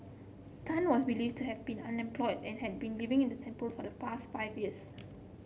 Tan was believed to have been unemployed and had been living in the temple for the past five years